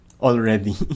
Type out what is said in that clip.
already